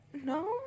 no